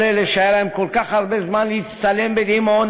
כל אלה שהיה להם כל כך הרבה זמן להצטלם בדימונה,